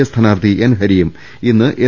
A സ്ഥാനാർത്ഥി N ഹരിയും ഇന്ന് എസ്